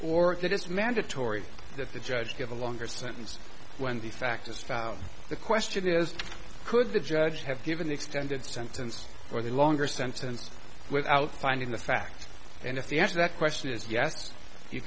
if it is mandatory that the judge give a longer sentence when the fact is found the question is could the judge have given the extended sentence or the longer sentence without finding the facts and if he asked that question is yes you